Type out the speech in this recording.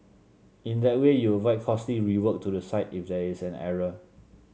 in that way you avoid costly rework to the site if there is an error